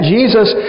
Jesus